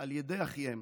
על ידי אחיהם,